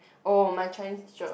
oh my Chinese teacher